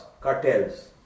cartels